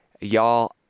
Y'all